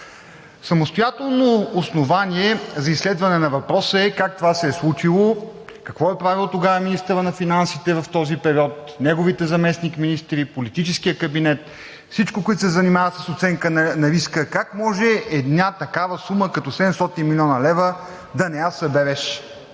Самостоятелно основание за изследване на въпроса е как това се е случило, какво е правил тогава министърът на финансите в този период, неговите заместник-министри, политическият кабинет, всички, които се занимават с оценка на риска? Как може една такава сума, като 700 млн. лв., да не я събереш,